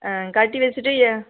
ஆ கட்டி வச்சுட்டு எ